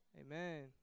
Amen